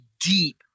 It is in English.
deep